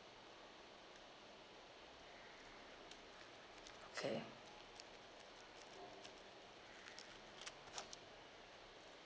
okay